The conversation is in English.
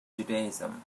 judaism